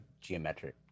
geometric